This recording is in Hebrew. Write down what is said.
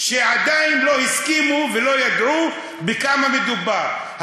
שעדיין לא הסכימו ולא ידעו בכמה מדובר,